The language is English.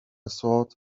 thought